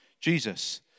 Jesus